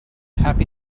happy